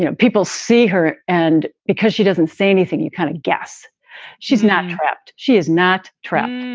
you know people see her and because she doesn't say anything, you kind of guess she's not trapped. she is not trapped.